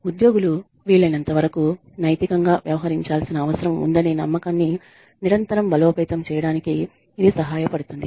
ఉద్యోగులు వీలైనంతవరకూ నైతికంగా వ్యవహరించాల్సిన అవసరం ఉందనే నమ్మకాన్ని నిరంతరం బలోపేతం చేయడానికి ఇది సహాయపడుతుంది